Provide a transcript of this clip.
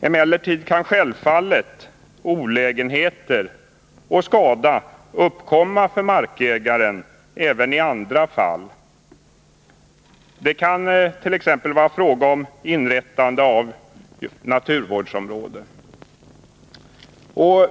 Emellertid kan självfallet olägenheter och skada uppkomma för markägaren även i andra fall. Det kan t.ex. vara fråga om inrättande av naturvårdsområde.